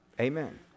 Amen